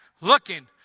Looking